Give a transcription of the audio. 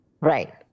Right